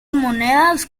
monedas